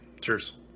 Cheers